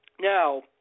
Now